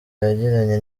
yagiranye